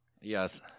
Yes